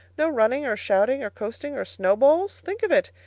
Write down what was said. no running or shouting or coasting or snowballs. think of it!